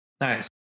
nice